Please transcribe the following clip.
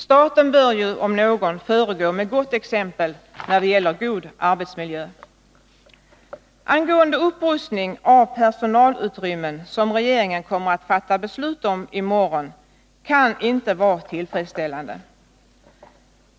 Staten bör ju, om någon, föregå med gott exempel när det gäller god arbetsmiljö. Den upprustning av personalutrymmen som regeringen kommer att fatta beslut om i morgon kan ju inte vara tillfredsställande.